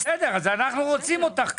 בסדר, אז אנחנו רוצים אותך כך.